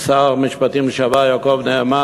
שר המשפטים לשעבר יעקב נאמן,